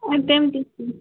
تِم تہِ چھِ